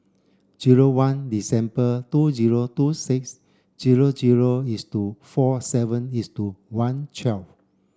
zero one December two zero two six zero zero is to four seven is two one twelve